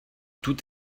tout